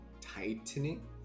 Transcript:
tightening